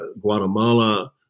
Guatemala